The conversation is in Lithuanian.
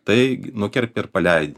tai nukerpi ir paleidi